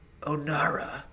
Onara